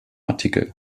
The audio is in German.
artikel